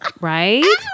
right